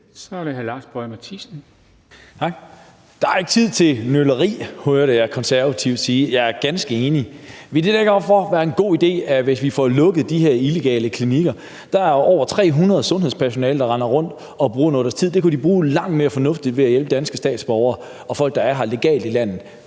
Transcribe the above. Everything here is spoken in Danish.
Kl. 14:08 Lars Boje Mathiesen (NB): Tak. Der er ikke tid til nøleri, hørte jeg Konservative sige; jeg er ganske enig. Ville det derfor ikke være en god idé, hvis vi får lukket de her illegale klinikker, hvor der er over 300 sundhedspersonaler, der render rundt og bruger noget af deres tid? Det kunne de bruge langt mere fornuftigt ved at hjælpe danske statsborgere og folk, der er legalt her i landet.